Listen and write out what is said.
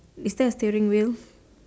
is there a steering wheel